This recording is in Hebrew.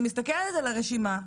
אני מסתכלת על הרשימה,